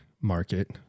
market